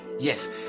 yes